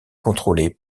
contrôlés